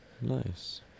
nice